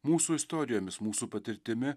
mūsų istorijomis mūsų patirtimi